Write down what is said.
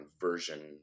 version